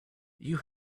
you